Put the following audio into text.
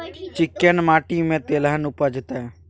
चिक्कैन माटी में तेलहन उपजतै?